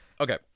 okay